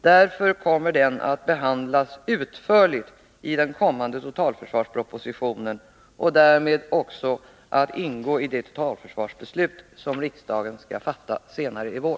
Därför kommer den att behandlas utförligt i den kommande totalförsvarspropositionen och därmed också att ingå i det totalförsvarsbeslut som riksdagen skall fatta senare i vår.